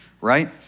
right